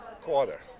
quarter